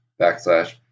backslash